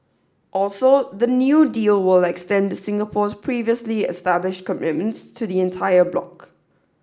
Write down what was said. also the new deal will extend Singapore's previously established commitments to the entire bloc